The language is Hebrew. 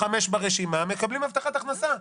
חמש ברשימה מקבלים הבטחת הכנסה.